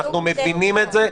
אנחנו מבינים את זה,